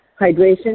hydration